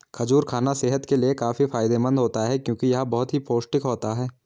खजूर खाना सेहत के लिए काफी फायदेमंद होता है क्योंकि यह बहुत ही पौष्टिक होता है